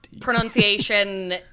pronunciation